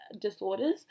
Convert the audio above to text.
disorders